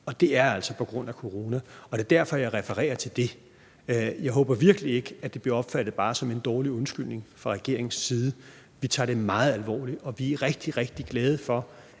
Det er altså på grund af corona, og det er derfor, jeg refererer til det. Jeg håber virkelig ikke, at det bliver opfattet som en dårlig undskyldning fra regeringens side. Vi tager det meget alvorligt, og vi er rigtig, rigtig glade for,